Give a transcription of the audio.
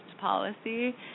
policy